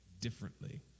differently